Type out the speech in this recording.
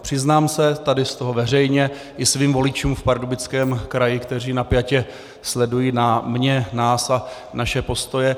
Přiznám se tady z toho veřejně i svým voličům v Pardubickém kraji, kteří napjatě sledují mě, nás a naše postoje.